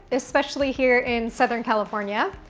especially here in southern california,